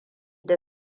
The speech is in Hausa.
da